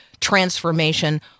transformation